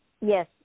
Yes